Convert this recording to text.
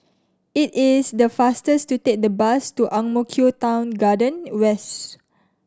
it is the faster to take the bus to Ang Mo Kio Town Garden West